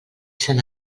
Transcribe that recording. sant